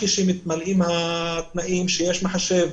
כשמתמלאים התנאים של מחשב,